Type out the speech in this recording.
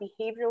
behavioral